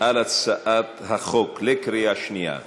על הצעת החוק בקריאה שנייה.